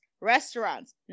restaurants